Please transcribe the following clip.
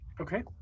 Okay